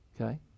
Okay